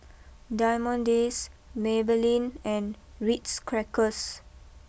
Diamond Days Maybelline and Ritz Crackers